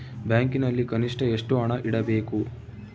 ಬ್ಯಾಂಕಿನಲ್ಲಿ ಕನಿಷ್ಟ ಎಷ್ಟು ಹಣ ಇಡಬೇಕು?